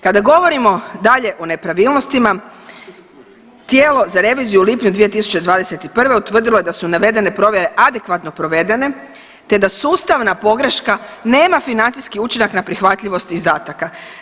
Kada govorimo dalje o nepravilnosti, tijelo za reviziju u lipnju 2021. utvrdilo je da su navedene provjere adekvatno provedene te da sustavna pogreška nema financijski učinak na prihvatljivost izdataka.